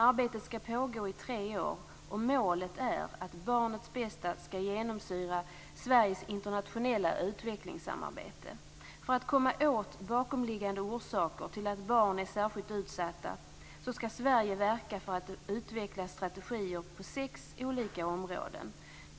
Arbetet skall pågå i tre år, och målet är att barnets bästa skall genomsyra Sveriges internationella utvecklingssamarbete. För att komma åt bakomliggande orsaker till att barn är särskilt utsatta skall Sverige verka för att det utvecklas strategier på sex olika områden.